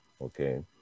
okay